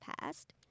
past